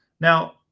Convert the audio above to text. Now